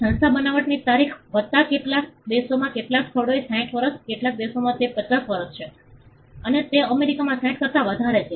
સંસ્થા બનાવટની તારીખ વત્તા કેટલાક દેશોમાં કેટલાક સ્થળોએ 60 વર્ષ કેટલાક દેશોમાં તે 50 છે અને તે અમેરિકામાં 60 કરતા વધારે છે